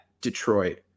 Detroit